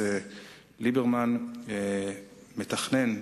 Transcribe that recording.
ארצות-הברית, קנדה,